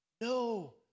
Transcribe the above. no